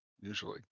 usually